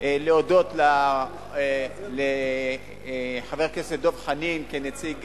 להודות לחבר הכנסת דב חנין, כנציג